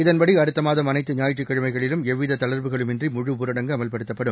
இதன்படிஅடுத்தமாதம் அனைத்து ஞாயிற்றுக்கிழமைகளிலும் எவ்விததளா்வுகளும் இன்றி முழு ஊரடங்கு அமல்படுத்தப்படும்